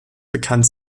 bekannt